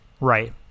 right